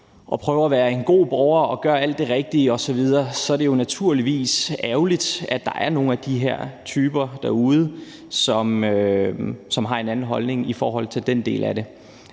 at prøve at være en god borger og gøre alt det rigtige osv. Så det er naturligvis ærgerligt, at der er nogle af de her typer derude, som har en anden holdning i forhold til den del af det.